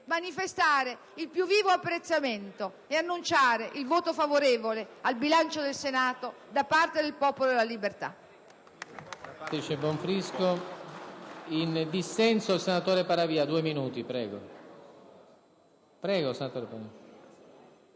manifestare il più vivo apprezzamento e annunciare il voto favorevole al bilancio del Senato da parte del Popolo della Libertà.